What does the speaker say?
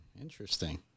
interesting